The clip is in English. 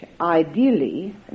ideally